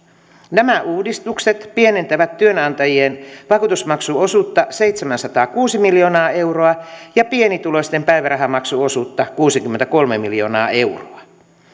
nämä uudistukset pienentävät työnantajien vakuutusmaksuosuutta seitsemänsataakuusi miljoonaa euroa ja pienituloisten päivärahamaksuosuutta kuusikymmentäkolme miljoonaa euroa